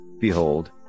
Behold